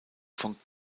von